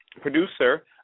producer